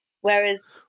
Whereas